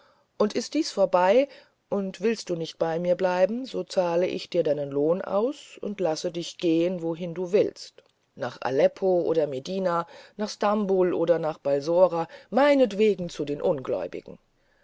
und ist dies vorbei und willst du nicht bei mir bleiben so zahle ich dir deinen lohn aus und lasse dich gehen wohin du willst nach aleppo oder medina nach stambul oder nach balsora meinetwegen zu den unglaubigen